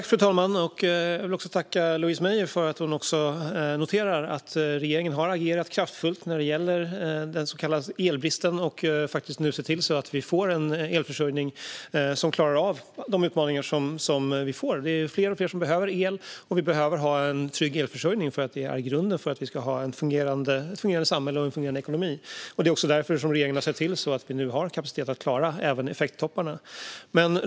Fru talman! Jag vill tacka Louise Meijer för att hon noterar att regeringen har agerat kraftfullt när det gäller den så kallade elbristen och faktiskt nu ser till att vi får en elförsörjning som klarar av de utmaningar som vi har. Allt fler behöver el, och vi behöver ha en trygg elförsörjning eftersom det är grunden för att vi ska ha ett fungerande samhälle och en fungerande ekonomi. Det är också därför som regeringen har sett till att vi nu faktiskt har en kapacitet att klara även effekttopparna.